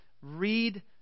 Read